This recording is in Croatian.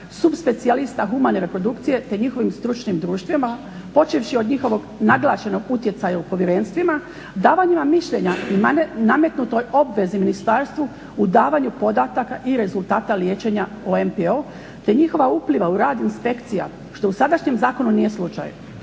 supspecijalista humane reprodukcije te njihovim stručnim društvima počevši od njihovog naglašenog utjecaja u povjerenstvima, davanjima mišljenja i nametnutoj obvezi ministarstvu u davanju podataka i rezultata liječenja MPO-a te njihova upliva u rad inspekcija što u sadašnjem zakonu nije slučaj.